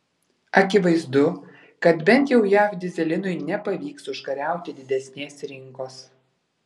akivaizdu kad bent jau jav dyzelinui nepavyks užkariauti didesnės rinkos